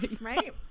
Right